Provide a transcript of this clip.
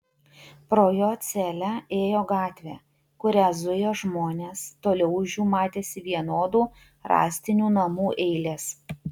pro jo celę ėjo gatvė kuria zujo žmonės toliau už jų matėsi vienodų rąstinių namų eilės